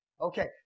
Okay